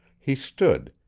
he stood,